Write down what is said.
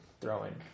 throwing